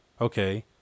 okay